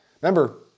Remember